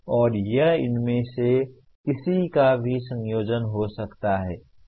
और यह इनमें से किसी का भी संयोजन हो सकता है